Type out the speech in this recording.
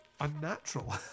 unnatural